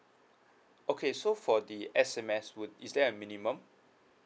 okay so for the S_M_S would is there a minimum